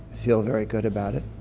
feel very good about it,